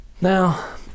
Now